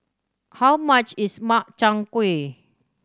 how much is Makchang Gui